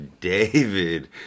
David